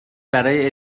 برای